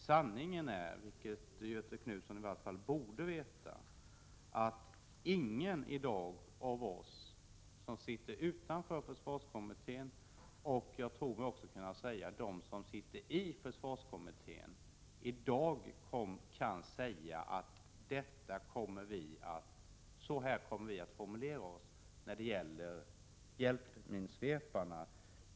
Sanningen är, vilket Göthe Knutson i varje fall borde veta, att ingen av oss som sitter utanför försvarskommittén, och jag tror inte ens de som sitter i försvarskommittén, i dag kan säga att så här kommer den att formulera sig när det gäller hjälpminsvepare.